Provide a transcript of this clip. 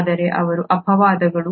ಆದರೆ ಅವರು ಅಪವಾದಗಳು